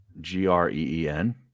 G-R-E-E-N